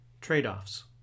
trade-offs